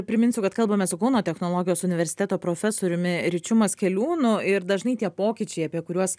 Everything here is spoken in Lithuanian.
priminsiu kad kalbamės su kauno technologijos universiteto profesoriumi ryčiu maskeliūnu ir dažnai tie pokyčiai apie kuriuos